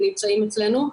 ונמצאים אצלנו.